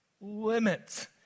limits